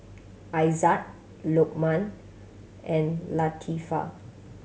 Aizat Lokman and Latifa